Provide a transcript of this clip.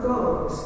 God